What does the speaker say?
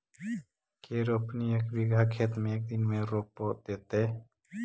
के रोपनी एक बिघा खेत के एक दिन में रोप देतै?